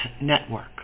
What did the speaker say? Network